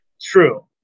True